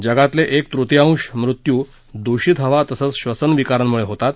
जगातले एक तृतीयांश मृत्यू दूषित हवा तसंच श्वसन विकारांमुळे होतात